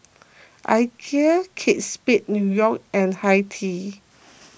Ikea Kate Spade New York and Hi Tea